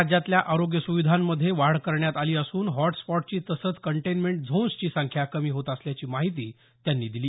राज्यातल्या आरोग्य सुविधांमध्ये वाढ करण्यात आली असून हॉटस्पॉटची तसंच कंटेनमेंट झोन्सची संख्या कमी होत असल्याची माहिती त्यांनी दिली